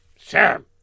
Sir